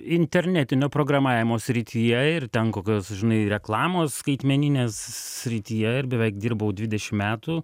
internetinio programavimo srityje ir ten kokios žinai reklamos skaitmeninės srityje ir beveik dirbau dvidešim metų